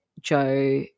Joe